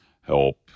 help